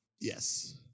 Yes